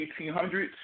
1800s